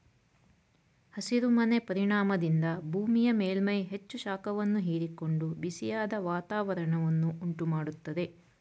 ಹಸಿರು ಮನೆ ಪರಿಣಾಮದಿಂದ ಭೂಮಿಯ ಮೇಲ್ಮೈ ಹೆಚ್ಚು ಶಾಖವನ್ನು ಹೀರಿಕೊಂಡು ಬಿಸಿಯಾದ ವಾತಾವರಣವನ್ನು ಉಂಟು ಮಾಡತ್ತದೆ